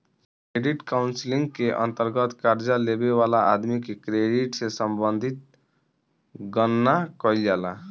credit counselling के अंतर्गत कर्जा लेबे वाला आदमी के क्रेडिट से संबंधित गणना कईल जाला